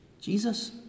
Jesus